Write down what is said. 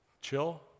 Chill